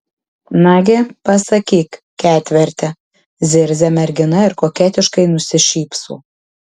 nagi pasakyk ketverte zirzia mergina ir koketiškai nusišypso